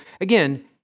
again